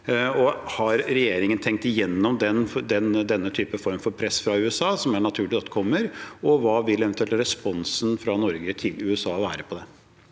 Har regjeringen tenkt igjennom denne type form for press fra USA, som det er naturlig at kommer, og hva vil eventuelt responsen fra Norge til USA være på det?